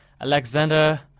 Alexander